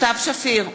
סתיו שפיר,